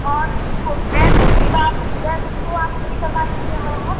और वह डेस्क की बात डेस्क को आप सही करवा दीजिएगा मरम्मत